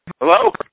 Hello